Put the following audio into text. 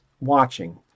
watching